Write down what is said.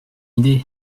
idée